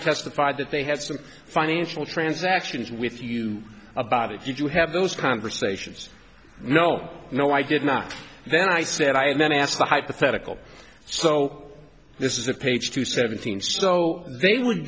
testified that they had some financial transactions with you about if you do have those conversations no no i did not then i said i had then asked the hypothetical so this is a page to seventeen so they would